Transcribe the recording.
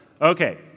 Okay